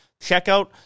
checkout